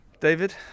David